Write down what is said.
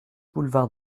boulevard